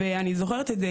ואני זוכרת את זה,